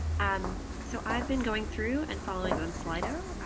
and so i've been going through and following on slido,